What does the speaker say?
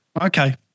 Okay